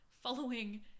following